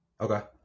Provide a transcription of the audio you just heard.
Okay